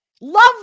Love